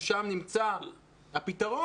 ששם נמצא הפתרון,